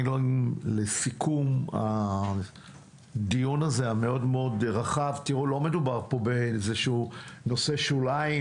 לסיכום הדיון המאוד מאוד רחב הזה: לא מדובר פה בנושא שוליים,